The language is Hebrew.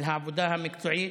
על העבודה המקצועית,